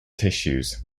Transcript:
tissues